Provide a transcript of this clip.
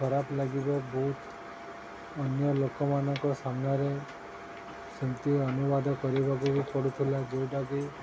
ଖରାପ ଲାଗିବ ବହୁତ ଅନ୍ୟ ଲୋକମାନଙ୍କ ସାମ୍ନାରେ ସେମିତି ଅନୁବାଦ କରିବାକୁ ବି ପଡ଼ୁଥିଲା ଯୋଉଟାକି